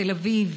תל אביב,